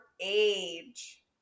age